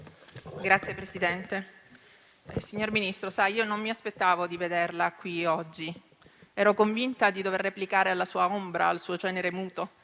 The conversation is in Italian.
*(Misto)*. Signor Ministro, sa, non mi aspettavo di vederla qui oggi. Ero convinta di dover replicare alla sua ombra, al suo cenere muto,